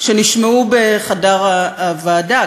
שנשמעו בחדר הוועדה.